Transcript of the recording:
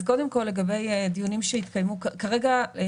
אז קודם כול, לגבי דיונים שהתקיימו שוב,